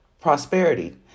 prosperity